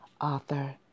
Author